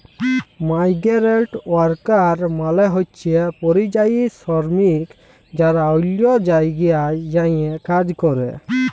migrant worker মালে হছে পরিযায়ী শরমিক যারা অল্য জায়গায় যাঁয়ে কাজ ক্যরে